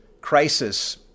crisis